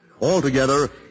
Altogether